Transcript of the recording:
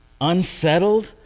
unsettled